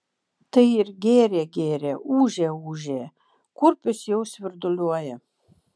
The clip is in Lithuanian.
tai ir gėrė gėrė ūžė ūžė kurpius jau svirduliuoja